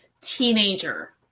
teenager